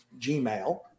Gmail